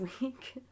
week